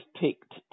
picked